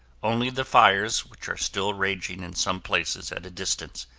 only the fires, which are still raging in some places at a distance,